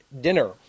dinner